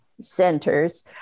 centers